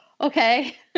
okay